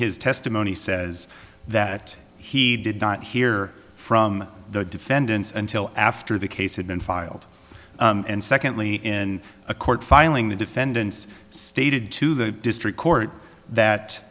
his testimony says that he did not hear from the defendants until after the case had been filed and secondly in a court filing the defendants stated to the district court that